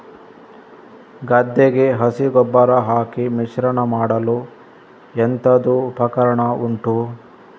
ಗದ್ದೆಗೆ ಹಸಿ ಗೊಬ್ಬರ ಹಾಕಿ ಮಿಶ್ರಣ ಮಾಡಲು ಎಂತದು ಉಪಕರಣ ಉಂಟು?